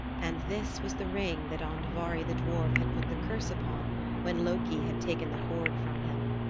and this was the ring that andvari the dwarf had put the curse upon when loki had taken the hoard from him.